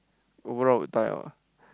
overall will die out